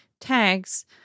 tags